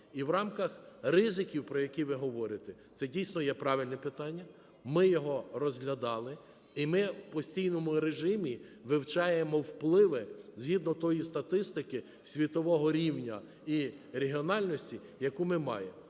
І в рамках ризиків, про які ви говорите, це дійсно є правильне питання. Ми його розглядали і ми в постійному режимі вивчаємо впливи згідно тої статистики світового рівня і регіональності, яку ми маємо.